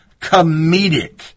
comedic